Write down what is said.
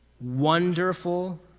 wonderful